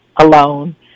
alone